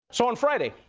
so on friday,